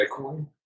Bitcoin